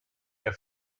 der